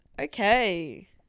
Okay